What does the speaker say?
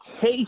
case